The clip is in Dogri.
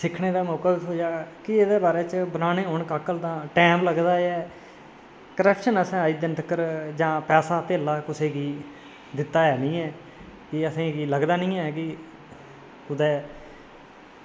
सिक्खनै दा मौका बी थ्होई जाये की ओह्दे बारै ई बनाने होन काकल तां टैम लगदा ऐ करप्शन असें अज्ज तक्क जां पैसा धैला कुसै गी दित्ता ऐ निं ऐ की असेंगी लगदा निं ऐ की कुदै